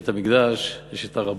יש את בית-המקדש, יש את הר-הבית,